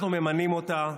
אנחנו ממנים אותה,